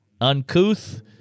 Uncouth